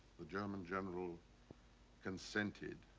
the german general consented.